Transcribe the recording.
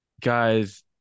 guys